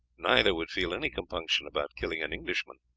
neither would feel any compunction about killing an englishman.